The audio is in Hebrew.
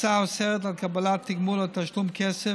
ההצעה אוסרת על קבלת תגמול או תשלום כסף